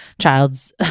child's